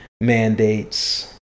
mandates